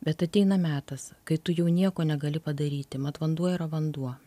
bet ateina metas kai tu jau nieko negali padaryti mat vanduo yra vanduo